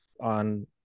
on